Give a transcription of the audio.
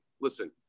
listen